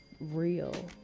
real